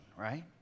right